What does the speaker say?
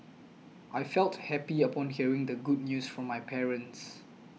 I felt happy upon hearing the good news from my parents